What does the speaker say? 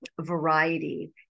variety